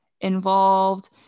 involved